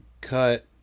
cut